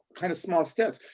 kind of small steps,